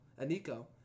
Aniko